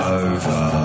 over